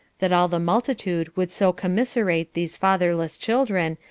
that all the multitude would so commiserate these fatherless children,